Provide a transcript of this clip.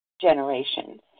generations